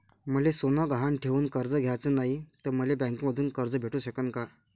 मले सोनं गहान ठेवून कर्ज घ्याचं नाय, त मले बँकेमधून कर्ज भेटू शकन का?